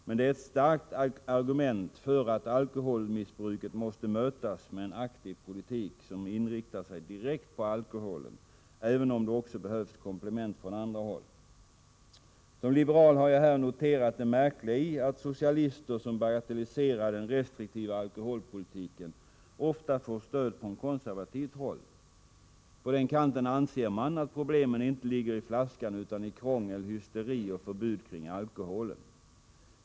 Men det är ett starkt argument för att alkoholmissbruket måste mötas med en aktiv politik, som inriktar sig direkt på alkoholen — även om det också behövs komplement från andra håll. Som liberal har jag här noterat det märkliga i att socialister som bagatelliserar den restriktiva alkoholpolitiken ofta får stöd från konservativt håll. På den kanten anser man att problemet inte ligger i flaskan utan i krångel, hysteri och förbud kring alkoholen.